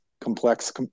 complex